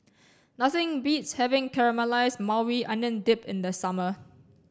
nothing beats having Caramelized Maui Onion Dip in the summer